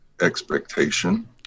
expectation